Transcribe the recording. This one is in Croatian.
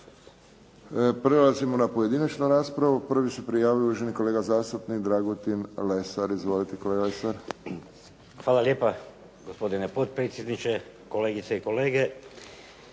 Prelazimo na pojedinačnu raspravu. Prvi se prijavio uvaženi kolega zastupnik Dragutin Lesar. Izvolite kolega Lesar. **Lesar, Dragutin (Nezavisni)** Hvala lijepa. Gospodine potpredsjedniče, kolegice i kolege.